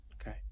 Okay